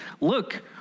look